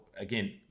again